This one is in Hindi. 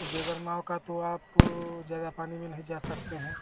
बेगेर नाव का तो आप ज़्यादा पानी में नहीं जा सकते हैं